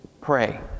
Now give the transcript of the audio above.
pray